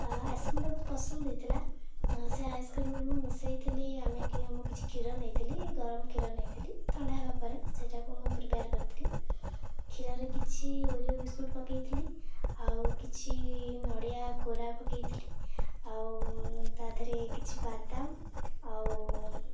ଆଇସ୍କ୍ରିମଟା ବହୁତ ପସନ୍ଦ ହେଇଥିଲା ସେ ଆଇସ୍କ୍ରିମରେ ମୁଁ ମିଶାଇ ଥିଲି ଆମେ ମୁଁ କିଛି କ୍ଷୀର ନେଇଥିଲି ଗରମ କ୍ଷୀର ନେଇଥିଲି ଥଣ୍ଡା ହେବା ପରେ ସେଇଟାକୁ ମୁଁ ପ୍ରିପେୟାର କରିଥିଲି କ୍ଷୀରରେ କିଛି ଓରିଓ ବିସ୍କୁଟ ପକାଇ ଥିଲି ଆଉ କିଛି ନଡ଼ିଆ କୋରା ପକାଇ ଥିଲି ଆଉ ତା ଧେରେ କିଛି ବାଦାମ ଆଉ